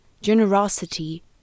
generosity